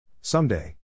Someday